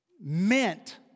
meant